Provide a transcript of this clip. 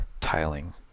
tiling